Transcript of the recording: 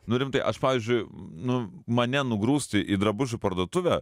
nu rimtai aš pavyzdžiui nu mane nugrūsti į drabužių parduotuvę